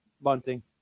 Bunting